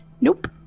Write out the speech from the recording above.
Nope